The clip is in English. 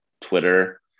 Twitter